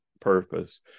purpose